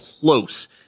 close